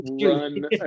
run